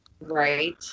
Right